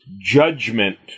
judgment